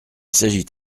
s’agit